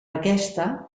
aquesta